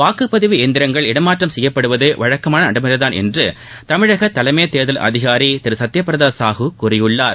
வாக்குப்பதிவு இயந்திரங்கள் இடமாற்றம் செய்யப்படுவது வழக்கமான நடைமுறைதான் என்று தமிழக தலைமை தேர்தல் அதிகாரி திரு சத்ய பிரதா சாஹூ கூறியுள்ளார்